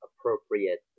appropriate